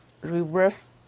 reverse